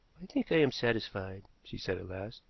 i think i am satisfied, she said at last,